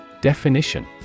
Definition